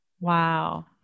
Wow